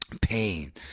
pain